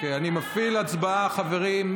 אני מפעיל הצבעה, חברים.